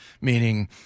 meaning